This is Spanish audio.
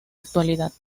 actualidad